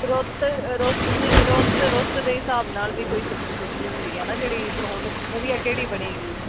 ਰੁੱਤ ਰੁੱਤ ਨਹੀਂ ਰੁੱਤ ਰੁੱਤ ਦੇ ਹਿਸਾਬ ਨਾਲ ਵੀ ਕੋਈ ਸਬਜ਼ੀ ਸੁਬਜ਼ੀ ਹੁੰਦੀ ਹੈ ਨਾ ਜਿਹੜੀ ਉਹ ਹੁਣ ਵਧੀਆ ਕਿਹੜੀ ਬਣੇਗੀ